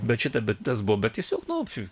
bet šita bet tas buvo bet tiesiog nu